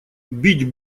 бить